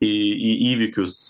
į į įvykius